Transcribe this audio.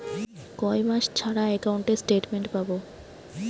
কয় মাস ছাড়া একাউন্টে স্টেটমেন্ট পাব?